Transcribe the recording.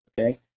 okay